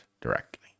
directly